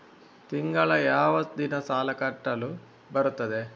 ತಿಂಗಳ ಯಾವ ದಿನ ಸಾಲ ಕಟ್ಟಲು ಬರುತ್ತದೆ?